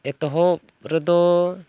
ᱮᱛᱚᱦᱚᱵ ᱨᱮᱫᱚ